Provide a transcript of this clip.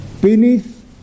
beneath